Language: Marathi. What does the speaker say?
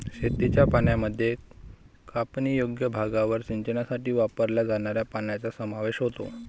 शेतीच्या पाण्यामध्ये कापणीयोग्य भागावर सिंचनासाठी वापरल्या जाणाऱ्या पाण्याचा समावेश होतो